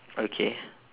okay